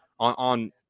on